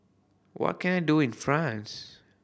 what can I do in France